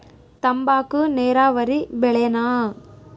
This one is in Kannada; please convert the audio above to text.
ತಂಬಾಕು ನೇರಾವರಿ ಬೆಳೆನಾ?